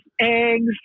eggs